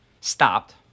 Stopped